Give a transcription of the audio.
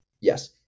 Yes